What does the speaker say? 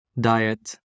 diet